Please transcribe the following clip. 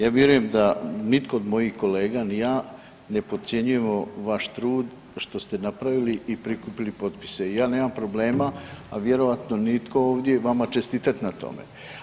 Ja vjerujem da nitko od mojih kolega ni ja ne podcjenjujemo vaš trud što ste napravili i prikupili potpise i ja nemam problema, a vjerojatno nitko ovdje vama čestitati na tome.